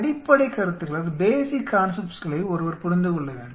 அடிப்படைக் கருத்துகளை ஒருவர் புரிந்து கொள்ள வேண்டும்